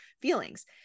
feelings